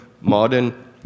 modern